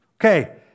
Okay